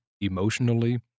emotionally